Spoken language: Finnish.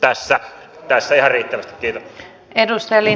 tässä ihan riittävästi